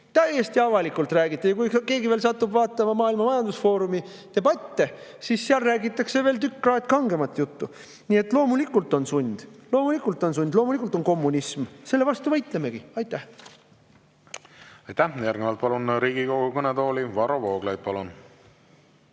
täiesti avalikult räägiti. Kui keegi satub vaatama Maailma Majandusfoorumi debatte, siis seal räägitakse veel tükk kraad kangemat juttu. Nii et loomulikult on sund. Loomulikult on sund, loomulikult on kommunism. Selle vastu võitlemegi. Aitäh! Aitäh! Järgnevalt palun Riigikogu kõnetooli Varro Vooglaiu. Palun!